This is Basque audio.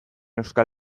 euskal